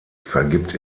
vergibt